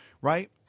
right